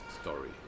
story